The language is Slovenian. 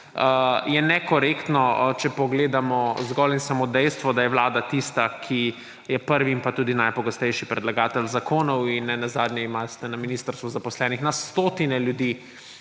je nekorektno, če pogledamo zgolj in samo dejstvo, da je vlada tista, ki je prvi in pa tudi najpogostejši predlagatelj zakonov. In nenazadnje imate na ministrstvu zaposlenih na stotine ljudi,